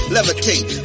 Levitate